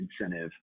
incentive